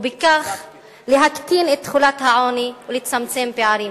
ובכך להקטין את תחולת העוני ולצמצם פערים.